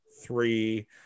three